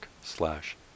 slash